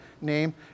name